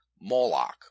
Moloch